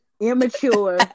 immature